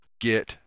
get